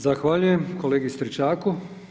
Zahvaljujem kolegi Stričaku.